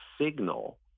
signal